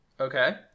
Okay